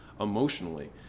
emotionally